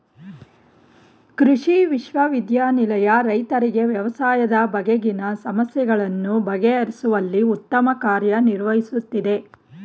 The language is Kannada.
ಕೃಷಿ ವಿಶ್ವವಿದ್ಯಾನಿಲಯ ರೈತರಿಗೆ ವ್ಯವಸಾಯದ ಬಗೆಗಿನ ಸಮಸ್ಯೆಗಳನ್ನು ಬಗೆಹರಿಸುವಲ್ಲಿ ಉತ್ತಮ ಕಾರ್ಯ ನಿರ್ವಹಿಸುತ್ತಿದೆ